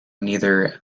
neither